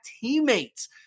teammates